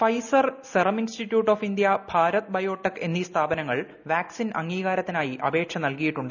Pfizer Serum Institute ഔഷ്ട് India Bharat Biotech എന്നീ സ്ഥാപനങ്ങൾ വാക്സിൻ അംഗീകാരത്തിനായി അപേക്ഷ നൽകിയിട്ടുണ്ട്